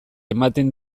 ematen